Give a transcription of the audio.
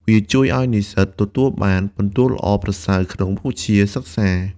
វាជួយឱ្យនិស្សិតទទួលបានពិន្ទុល្អប្រសើរក្នុងមុខវិជ្ជាសិក្សា។